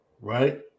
right